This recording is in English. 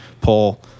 pull